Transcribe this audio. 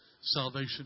salvation